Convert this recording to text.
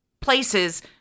places